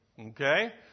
Okay